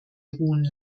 ruhen